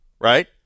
right